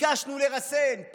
ביקשנו לרסן,